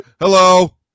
Hello